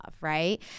Right